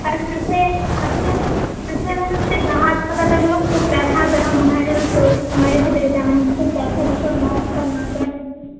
তার সাথে সাথে সাথে মনে হচ্ছে গা হাত পা ব্যথাগুলো খুব ব্যথা যেন মনে হয় যেন কেউ মেরেছে টেরেছে এমন খুব ব্যথা ভীষণ গা হাত পা নাড়াচাড়া করতে